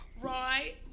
Right